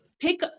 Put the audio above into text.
Pick